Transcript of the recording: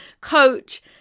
coach